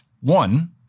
One